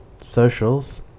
socials